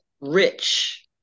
rich